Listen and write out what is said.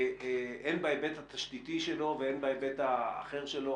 הן בהיבט התשתיתי שלו והן בהיבט האחר שלו?